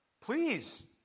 Please